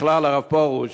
בכלל, הרב פרוש,